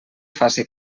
faci